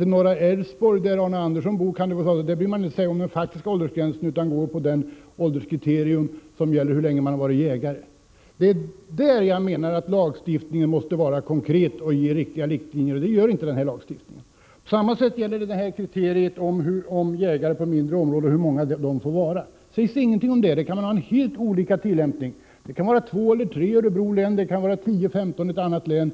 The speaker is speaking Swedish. I norra Älvsborg, där Arne Andersson i Ljung bor, bryr man sig inte om den faktiska åldersgränsen utan använder sig av det ålderskriterium som gäller hur länge man har varit jägare. Det är på denna punkt jag menar att lagstiftningen måste vara konkret och ge riktlinjer. Det ger inte denna lagstiftning. På samma sätt gäller detta kriteriet hur många jägare det får vara på mindre områden. Det finns inget om detta i lagstiftningen och det kan bli helt olika tillämpningar. Det kan bli 2-3 i Örebro län och 10-15 i ett annat län.